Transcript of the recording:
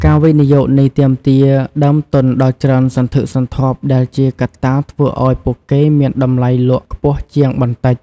ការវិនិយោគនេះទាមទារដើមទុនដ៏ច្រើនសន្ធឹកសន្ធាប់ដែលជាកត្តាធ្វើឱ្យពួកគេមានតម្លៃលក់ខ្ពស់ជាងបន្តិច។